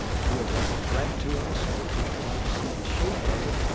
ah feels like a threat to us. and we can't quite see the shape of it.